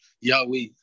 Yahweh